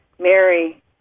Mary